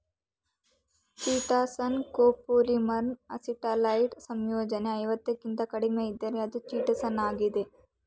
chitosan ಕೋಪೋಲಿಮರ್ನ acetylised ಸಂಯೋಜನೆ ಐವತ್ತಕ್ಕಿಂತ ಕಡಿಮೆಯಿದ್ದರೆ ಅದು ಚಿಟೋಸಾನಾಗಿದೆ